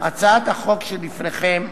הצעת החוק שלפניכם,